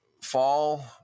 fall